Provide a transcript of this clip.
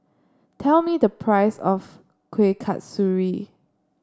tell me the price of Kuih Kasturi